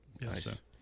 Nice